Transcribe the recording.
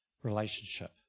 relationship